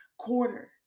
quarter